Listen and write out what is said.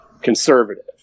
conservative